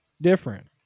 different